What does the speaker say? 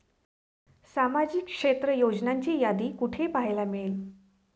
सामाजिक क्षेत्र योजनांची यादी कुठे पाहायला मिळेल?